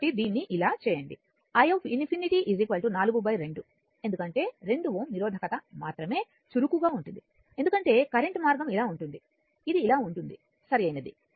కాబట్టి దీన్ని ఇలా చేయండి i∞ 4 2 ఎందుకంటే 2 Ω నిరోధకత మాత్రమే చురుకుగా ఉంటుంది ఎందుకంటే కరెంట్ మార్గం ఇలా ఉంటుంది ఇది ఇలా ఉంటుంది సరైనది